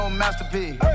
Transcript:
masterpiece